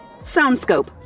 SoundScope